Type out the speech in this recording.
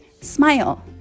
smile